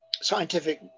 scientific